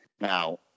Now